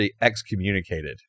excommunicated